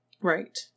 right